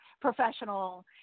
professional